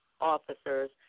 officers